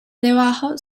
debajo